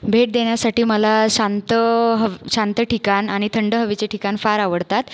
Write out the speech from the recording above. भेट देण्यासाठी मला शांत ह शांत ठिकाण आणि थंड हवेचे ठिकाण फार आवडतात